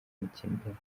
amakimbirane